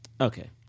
Okay